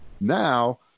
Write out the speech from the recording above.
Now